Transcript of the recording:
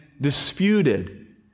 disputed